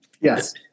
Yes